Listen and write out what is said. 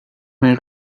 mijn